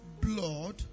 blood